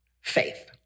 Faith